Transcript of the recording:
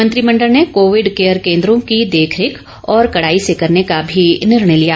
मंत्रिमंडल ने covid care केंद्रों की देखरेख और कड़ाई से करने का भी निर्णय लिया